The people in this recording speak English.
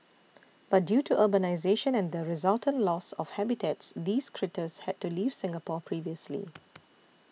but due to urbanisation and the resultant loss of habitats these critters had to leave Singapore previously